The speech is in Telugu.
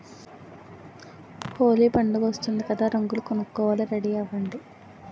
హోలీ పండుగొస్తోంది కదా రంగులు కొనుక్కోవాలి రెడీ అవ్వండి